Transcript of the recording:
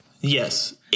Yes